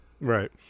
Right